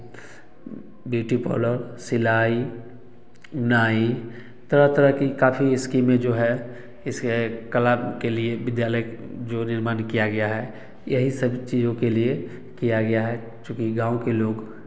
BT पोलर सिलाई नाई तरह तरह की काफी स्कीमें जो है इसे कला के लिए विद्यालय जो निर्माण किया गया है यही सब चीज़ों के लिए किया गया है चूँकि गाँव के लोग